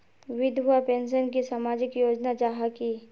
विधवा पेंशन की सामाजिक योजना जाहा की?